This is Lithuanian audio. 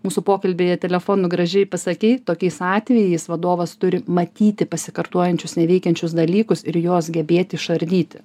mūsų pokalbyje telefonu gražiai pasakei tokiais atvejais vadovas turi matyti pasikartojančius neveikiančius dalykus ir juos gebėti išardyti